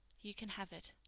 you can have it.